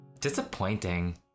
Disappointing